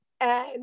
And-